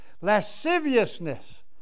lasciviousness